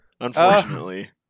Unfortunately